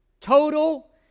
Total